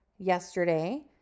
yesterday